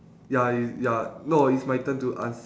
ya i~ ya no it's my turn to ans~